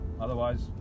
Otherwise